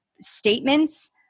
statements